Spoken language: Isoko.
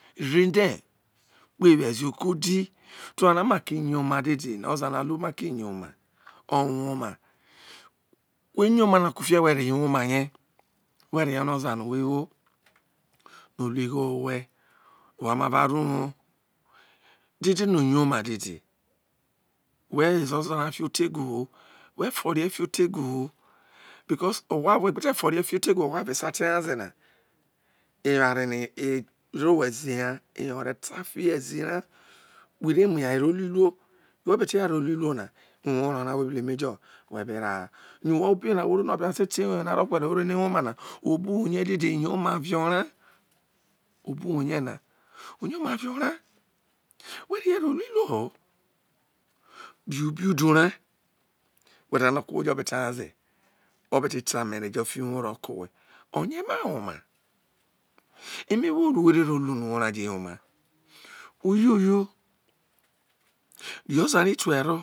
re̱n de̱ we wo ezi oko di to ware ne ma ke yome dede no̱ oza lu ma ke yoma o uwo ma kua eyo ma ku fie were ho̱ woma ye we ye no oza no we wo no olu igho ho owhe wa ma va ro uwo dede no oyoma dede wo woze oza fio ote gu hu we forie̱ fi o ta gu hu because owa because we̱ tu fo rie fi ote gu owho are sa te nya ze na eware no ero we̱ ezi ha ore mui eta fiho ezi ra were rei la iruo yo̱ we be te rei lu iruo na uwo ore ra we̱ be ra ha yo obe na no be te ro eme na vuo we̱ na wero no ewo mana oye dede yo ma vi ora obu woye na oyoma ore wo reye ro lu iruo ri ubirdu ro owao jo bo te nyaze no ote ta a mere jo ro ka owe oye ma woma me wo wo no uwo ra je wo ma oyoyo ri oza ra ilue ro